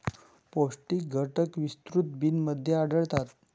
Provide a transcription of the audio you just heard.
पौष्टिक घटक विस्तृत बिनमध्ये आढळतात